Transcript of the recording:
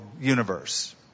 universe